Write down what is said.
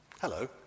Hello